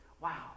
Wow